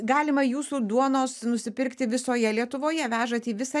galima jūsų duonos nusipirkti visoje lietuvoje vežat į visą